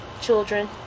children